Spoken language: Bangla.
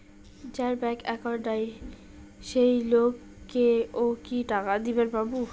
যার ব্যাংক একাউন্ট নাই সেই লোক কে ও কি টাকা দিবার পামু?